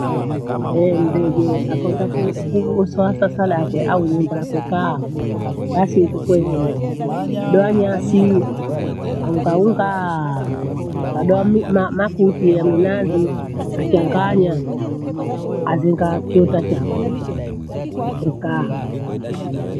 Eeh! mdegie akaunda kunu kugu usowaka sana akwe au nyumba yakwe kaa basi nguku waekeo. Abewa nyasii aungaungaaa, kabea mi- ma- makuti yaminazi achanganya azenga kiota chakwe, ekaha.